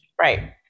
Right